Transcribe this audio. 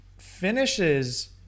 Finishes